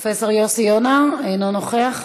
פרופסור יוסי יונה, אינו נוכח,